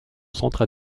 centre